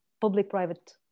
public-private